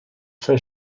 fin